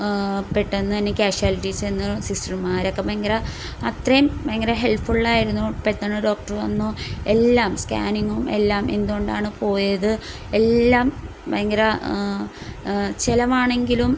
പെട്ടന്ന് തന്നെ ക്യാഷ്വൽറ്റീസിൽ നിന്ന് സിസ്റ്റർമാരൊക്കെ ഭയങ്കര അത്രയും ഭയങ്കര ഹെൽ്ഫുള്ളായിരുന്നു പെട്ടന്ന് ഡോക്ടർ വന്നു എല്ലാം സ്കാനിങ്ങും എല്ലാം എന്തുകൊണ്ടാണ് പോയത് എല്ലാം ഭയങ്കര ചെലവാണെങ്കിലും